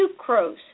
sucrose